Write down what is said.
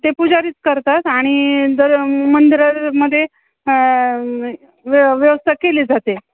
ते पुजारीच करतात आणि दर मंदिरामध्ये व्य व्यवस्था केली जाते